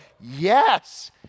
yes